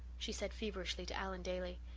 she said feverishly to allan daly.